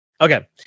Okay